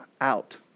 out